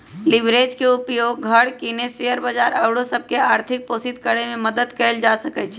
leverage के उपयोग घर किने, शेयर बजार आउरो सभ के आर्थिक पोषित करेमे मदद लेल कएल जा सकइ छै